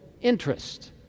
interest